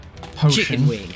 potion